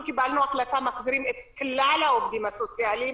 אנחנו קיבלנו החלטה שמחזירים את כלל העובדים הסוציאליים